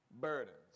burdens